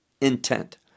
intent